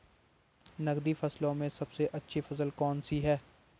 नकदी फसलों में सबसे अच्छी फसल कौन सी है?